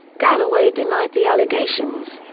galloway denied the allegations.